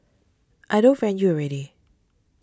I don't friend you already